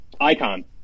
Icon